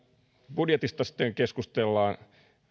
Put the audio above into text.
budjetista sitten keskustellaan